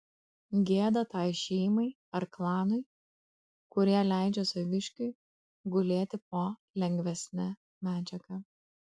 gėda tai šeimai ar klanui kurie leidžia saviškiui gulėti po lengvesne medžiaga